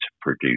produce